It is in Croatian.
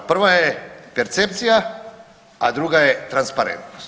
Prva je „percepcija“, a druga je „transparentnost“